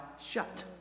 shut